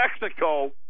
Mexico